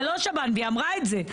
זה לא שב"ן, היא אמרה את זה.